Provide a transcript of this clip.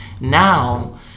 Now